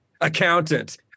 accountant